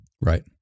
right